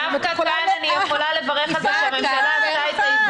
אני לא בחקירה נגדית פה.